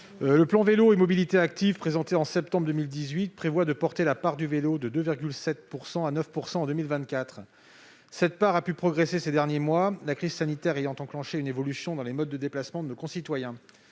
Le plan Vélo et mobilités actives, présenté en 2018, prévoit de porter la part du vélo dans les trajets de 2,7 % à 9 % en 2024. Cette part a pu progresser ces derniers mois, la crise sanitaire ayant enclenché une évolution dans les modes de déplacement de nos concitoyens.